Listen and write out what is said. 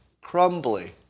Crumbly